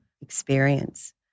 experience